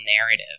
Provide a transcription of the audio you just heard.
narrative